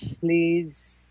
please